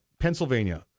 Pennsylvania